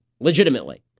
legitimately